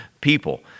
people